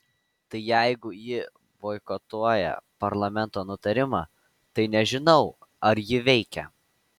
tai jeigu ji boikotuoja parlamento nutarimą tai nežinau ar ji veikia